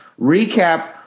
recap